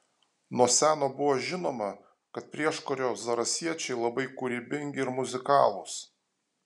nuo seno buvo žinoma kad prieškario zarasiečiai labai kūrybingi ir muzikalūs